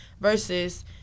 versus